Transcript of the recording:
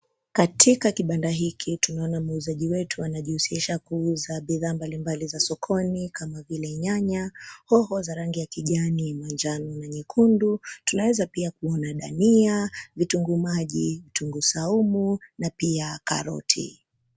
Katika kibanda hiki, tunaona muuzaji wetu anajihusisha kuuza bidhaa mbalimbali za sokoni kama vile nyanya, hoho za rangi za kijani, manjano na nyekundu. Tunaweza pia kuona dhania, vitunguu maji, vitunguu saumu na pia karoti.